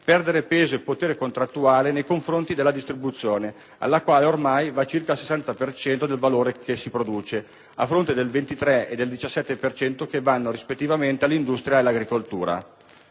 perdere peso e potere contrattuale nei confronti della distribuzione, alla quale ormai va circa il 60 per cento del valore che si produce, a fronte del 23 per cento e del 17 per cento che vanno, rispettivamente, all'industria e all'agricoltura.